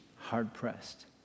hard-pressed